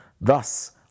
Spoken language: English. Thus